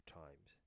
times